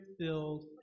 filled